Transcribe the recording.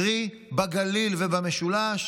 קרי בגליל ובמשולש,